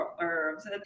herbs